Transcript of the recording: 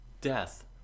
death